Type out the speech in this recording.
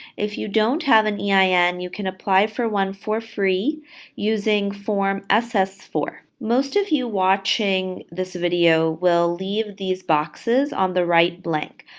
if you don't have an ein, yeah ah and you can apply for one for free using form ss four. most of you watching this video will leave these boxes on the right blank,